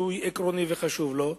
שהם עקרוניים וחשובים לו,